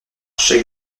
chaque